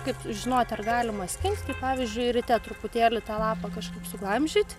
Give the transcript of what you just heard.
kaip žinot ar galima skint tai pavyzdžiui ryte truputėlį tą lapą kažkaip suglamžyt